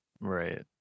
Right